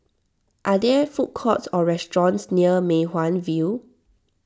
are there food courts or restaurants near Mei Hwan View